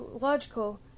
logical